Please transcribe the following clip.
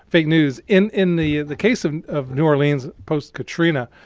fake news. in in the the case of of new orleans post katrina